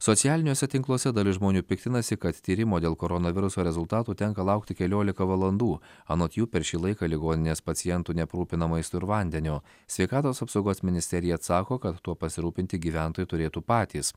socialiniuose tinkluose dalis žmonių piktinasi kad tyrimo dėl koronaviruso rezultatų tenka laukti keliolika valandų anot jų per šį laiką ligoninės pacientų neaprūpina maistu ir vandeniu sveikatos apsaugos ministerija atsako kad tuo pasirūpinti gyventojai turėtų patys